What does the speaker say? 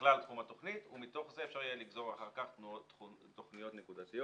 בכלל בתחום התכנית ומתוך זה אפשר יהיה לגזור אחר כך תכניות נקודתיות.